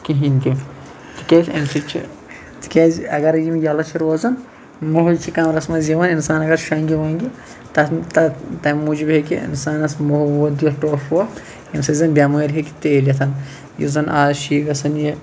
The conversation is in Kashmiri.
کِہِیٖنۍ تہِ تکیاز امہِ سۭتۍ چھِ تکیاز اَگَرَے یِم یِلہٕ چھِ روزان مُوٚہ حظ چھُ کَمرَس مَنٛز یِوان اِنسان اَگَر شونٛگہِ وۄنٛگہِ تَتھ تمہ موٗجوب ہیٚکہِ اِنسانَس مُوٚہ وُوٚہ دِتھ ٹوٚپھ ووٚپھ یمہِ سۭتۍ زَن بیٚمٲر ہیٚکہِ تیلِتھ یُس زَن آز چھُ گَژھان یہِ